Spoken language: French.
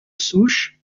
souche